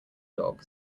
dog